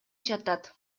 жатат